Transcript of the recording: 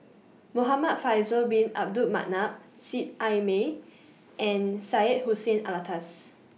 Muhamad Faisal Bin Abdul Manap Seet Ai Mee and Syed Hussein Alatas